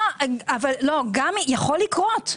יכול לקרות.